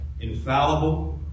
infallible